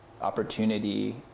opportunity